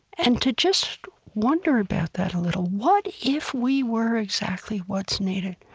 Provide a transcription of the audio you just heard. and to just wonder about that a little, what if we were exactly what's needed?